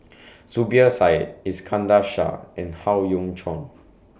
Zubir Said Iskandar Shah and Howe Yoon Chong